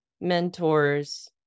mentors